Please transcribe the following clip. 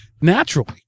Naturally